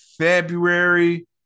february